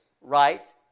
right